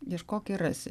ieškok ir rasi